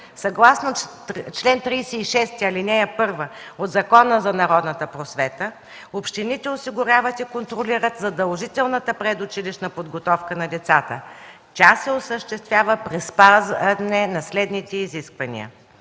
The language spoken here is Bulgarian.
Съгласно чл. 36, ал. 1 от Закона за народната просвета общините осигуряват и контролират задължителната предучилищна подготовка на децата. Тя се осъществява при спазване на следните изисквания: